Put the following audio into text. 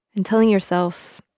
and telling yourself,